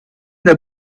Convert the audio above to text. der